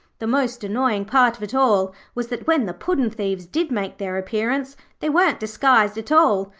the most annoying part of it all was that when the puddin'-thieves did make their appearance they weren't disguised at all.